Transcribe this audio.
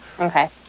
Okay